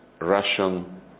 Russian